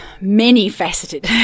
many-faceted